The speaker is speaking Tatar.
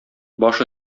баш